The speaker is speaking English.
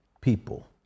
people